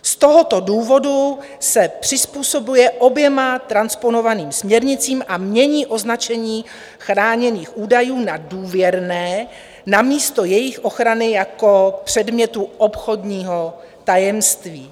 Z tohoto důvodu se přizpůsobuje oběma transponovaným směrnicím a mění označení chráněných údajů na důvěrné namísto jejich ochrany jako předmětu obchodního tajemství.